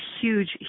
huge